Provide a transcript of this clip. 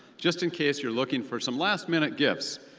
just in case you're looking for some last-minute gifts.